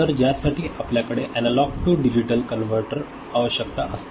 तर ज्यासाठी आपल्याकडे एनालॉग टू डिजिटल कनव्हर्टर आवश्यकता असते